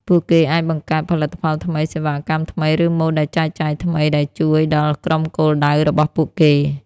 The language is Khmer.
ពួកគេអាចបង្កើតផលិតផលថ្មី សេវាកម្មថ្មី ឬម៉ូតដែលចែកចាយថ្មីដែលជួយដល់ក្រុមគោលដៅរបស់ពួកគេ។